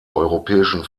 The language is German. europäischen